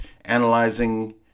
analyzing